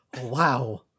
wow